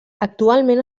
actualment